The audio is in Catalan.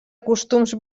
costums